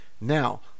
now